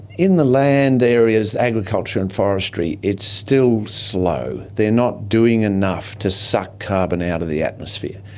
in the land areas, agriculture and forestry, it's still slow. they are not doing enough to suck carbon out of the atmosphere.